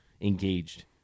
engaged